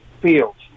fields